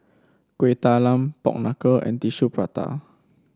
Kueh Talam Pork Knuckle and Tissue Prata